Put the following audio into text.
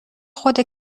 خود